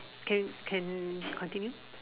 can can continue